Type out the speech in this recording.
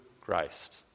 Christ